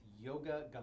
yoga